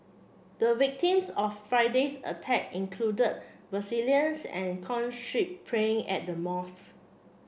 the victims of Friday's attack included and praying at the mosque